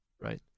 right